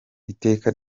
iteka